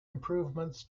improvements